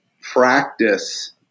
practice